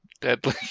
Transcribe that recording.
Deadly